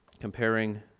comparing